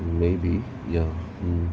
maybe ya mm